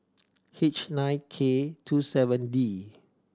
H nine K two seven D